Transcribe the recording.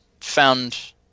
found